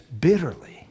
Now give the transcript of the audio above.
bitterly